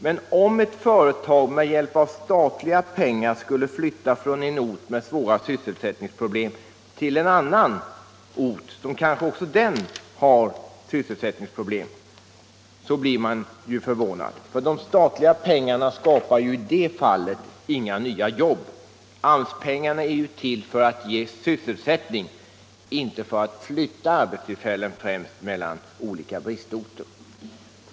Men om ett företag med hjälp av statliga pengar skulle flytta från en ort med svåra sysselsättningsproblem till en annan ort, som kanske också den har sysselsättningsproblem, blir man ju förvånad. De statliga pengarna skapar ju i det fallet inga nya jobb. AMS-pengarna är ju till för att ge sysselsättning, inte för att flytta arbetstillfällen mellan olika bristorter.